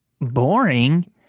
boring